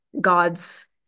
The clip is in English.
God's